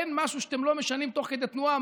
אין משהו שאתם לא משנים תוך כדי תנועה.